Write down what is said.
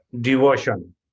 devotion